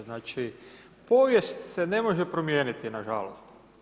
Znači povijest se ne može promijeniti, nažalost.